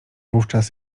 wówczas